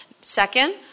Second